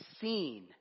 seen